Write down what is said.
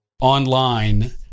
online